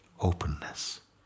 openness